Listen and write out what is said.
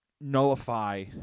nullify